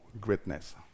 greatness